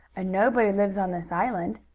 and nobody lives on this island.